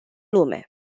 lume